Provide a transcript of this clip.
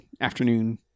afternoon